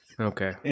Okay